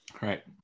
Right